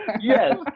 yes